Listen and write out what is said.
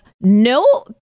no